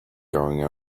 going